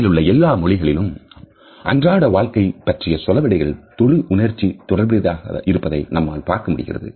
உலகிலுள்ள எல்லா மொழிகளிலும் அன்றாட வாழ்க்கை பற்றிய சொலவடைகள் தொடு உணர்ச்சி தொடர்புடையதாக நம்மால் பார்க்க முடிகிறது